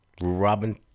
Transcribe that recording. Robin